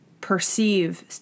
perceive